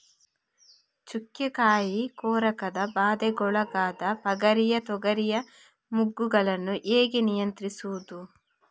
ಚುಕ್ಕೆ ಕಾಯಿ ಕೊರಕದ ಬಾಧೆಗೊಳಗಾದ ಪಗರಿಯ ತೊಗರಿಯ ಮೊಗ್ಗುಗಳನ್ನು ಹೇಗೆ ನಿಯಂತ್ರಿಸುವುದು?